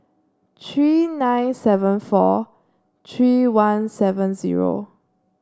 three nine seven four three one seven zero